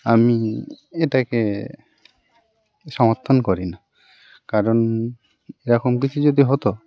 আমি এটাকে সমর্থন করি না কারণ এ রকম কিছু যদি হতো